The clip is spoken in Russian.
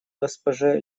госпоже